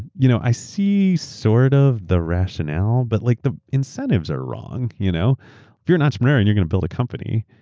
you know i see sort of the rationale, but like the incentives are wrong. you know if you're an entrepreneur and you're going to build a company,